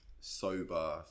sober